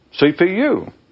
CPU